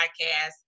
podcast